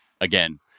again